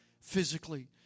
physically